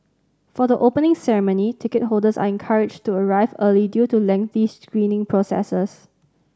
for the Opening Ceremony ticket holders are encouraged to arrive early due to lengthy screening processes